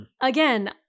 Again